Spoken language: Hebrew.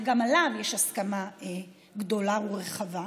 וגם עליו יש הסכמה גדולה ורחבה,